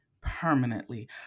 permanently